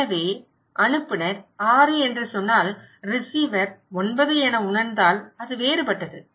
எனவே அனுப்புநர் 6 என்று சொன்னால் ரிசீவர் 9 என உணர்ந்தால் அது வேறுபட்டது